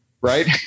right